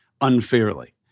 unfairly